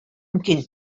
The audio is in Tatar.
мөмкин